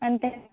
అంతేనండి